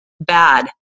bad